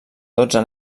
dotze